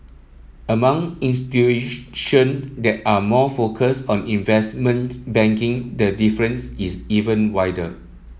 among institutions that are more focus on investment banking the difference is even wider